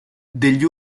degli